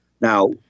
Now